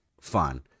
fun